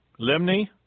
Limni